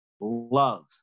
love